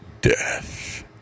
death